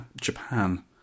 Japan